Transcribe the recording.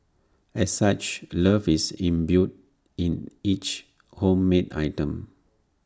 as such love is imbued in each homemade item